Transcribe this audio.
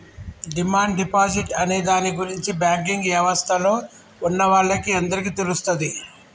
demand deposit అనే దాని గురించి బ్యాంకింగ్ యవస్థలో ఉన్నవాళ్ళకి అందరికీ తెలుస్తది